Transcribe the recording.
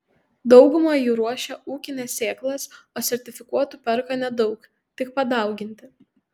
dauguma jų ruošia ūkines sėklas o sertifikuotų perka nedaug tik padauginti